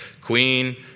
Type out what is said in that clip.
queen